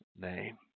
name